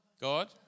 God